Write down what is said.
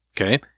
Okay